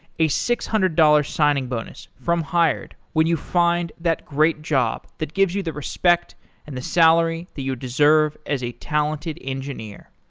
a six hundred dollars signing bonus from hired when you find that great job that gives you the respect and the salary that you deserve as a talented engineer.